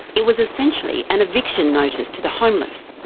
it was essentially an eviction notice to the homeless.